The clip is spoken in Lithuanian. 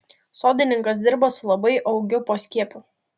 sodininkas dirba su labai augiu poskiepiu